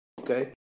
okay